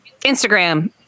instagram